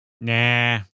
Nah